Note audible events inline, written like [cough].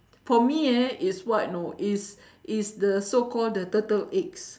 for me uh is what know is [breath] is the so-called the turtle eggs